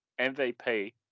MVP